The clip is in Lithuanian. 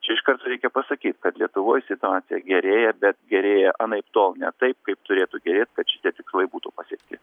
čia iš karto reikia pasakyt kad lietuvoj situacija gerėja bet gerėja anaiptol ne taip kaip turėtų gerėt kad šitie tikslai būtų pasiekti